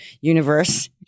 universe